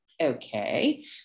okay